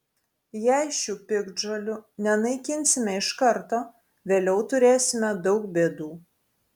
jei šių piktžolių nenaikinsime iš karto vėliau turėsime daug bėdų